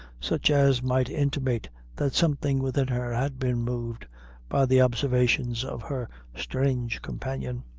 such as might intimate that something within her had been moved by the observations of her strange companion.